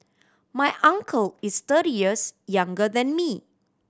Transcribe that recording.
my uncle is thirty years younger than me